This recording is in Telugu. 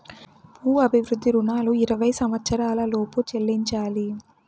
భూ అభివృద్ధి రుణాలు ఇరవై సంవచ్చరాల లోపు చెల్లించాలి